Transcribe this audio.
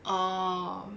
oh